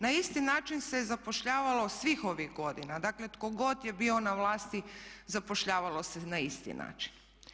Na isti način se zapošljavalo svih ovih godina, dakle tko god je bio na vlasti zapošljavalo se na isti način.